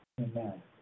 Amen